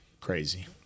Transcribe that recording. Crazy